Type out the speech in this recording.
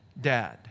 dad